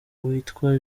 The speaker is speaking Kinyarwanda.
witwa